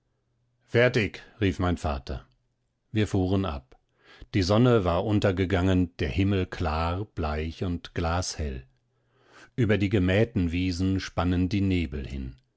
fertig rief mein vater wir fuhren ab die sonne war untergegangen der himmel klar bleich und glashell über die gemähten wiesen spannen die nebel hin